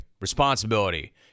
responsibility